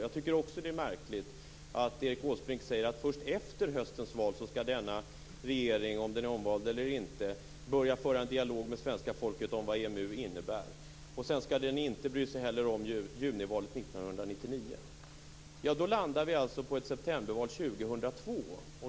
Jag tycker att det är märkligt att Erik Åsbrink säger att denna regering först efter höstens val - om den är omvald eller inte - börjar föra dialog med svenska folket om vad EMU innebär. Sedan skall den inte bry sig heller om junivalet 1999. Då landar vi alltså på ett septemberval 2002.